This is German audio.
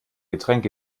getränk